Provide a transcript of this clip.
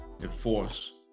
enforce